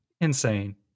insane